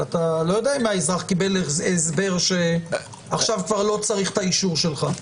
אני לא יודע אם האזרח קיבל הסבר שעכשיו כבר לא צריך את האישור שלו.